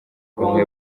bamwe